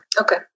Okay